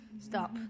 Stop